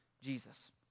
Jesus